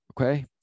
Okay